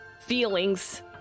feelings